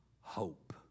hope